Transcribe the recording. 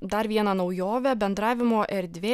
dar vieną naujovę bendravimo erdvė